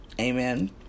Amen